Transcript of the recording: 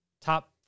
top